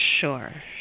Sure